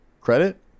Credit